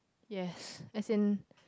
yes as in